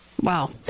Wow